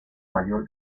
mayor